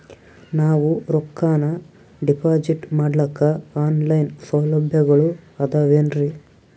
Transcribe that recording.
ನಾವು ರೊಕ್ಕನಾ ಡಿಪಾಜಿಟ್ ಮಾಡ್ಲಿಕ್ಕ ಆನ್ ಲೈನ್ ಸೌಲಭ್ಯಗಳು ಆದಾವೇನ್ರಿ?